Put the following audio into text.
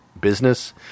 business